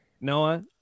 Noah